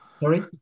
Sorry